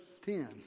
ten